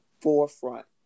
forefront